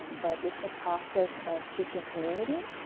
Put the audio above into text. but it's a process of teaching community,